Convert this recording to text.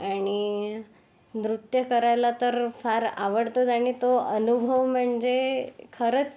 आणि नृत्य करायला तर फार आवडतंच आणि तो अनुभव म्हणजे खरंच